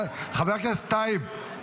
חבר הכנסת טייב,